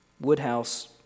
Woodhouse